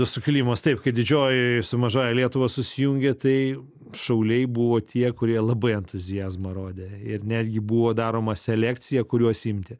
sukilimas taip kai didžioj su mažąja lietuva susijungė tai šauliai buvo tie kurie labai entuziazmą rodė ir netgi buvo daroma selekcija kuriuos imti